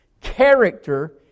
Character